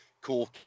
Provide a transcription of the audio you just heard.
cool